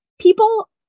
People